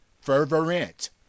fervent